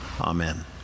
Amen